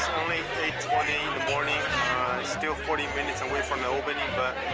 eight twenty in the morning still forty minutes away from the opening but